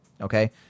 Okay